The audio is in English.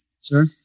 Sir